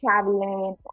traveling